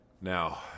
Now